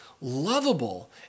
lovable